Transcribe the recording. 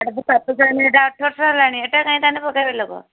ଯଦି ଚାଷ ଜମି ଏଟା ଅଠରଶହ ହେଲାଣି ଏଟା କାହିଁକି ତାହାନେ ପକେଇବେ ଲୋକ